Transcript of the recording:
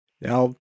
Now